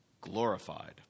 glorified